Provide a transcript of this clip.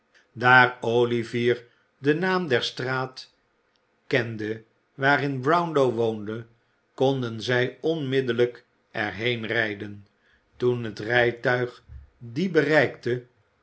daar olivier den naam der straat kende waarin brownlow woonde konden zij onmiddellijk er heen rijden toen het rijtuig die bereikte